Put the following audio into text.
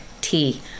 tea